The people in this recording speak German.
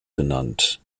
genannt